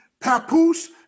Papoose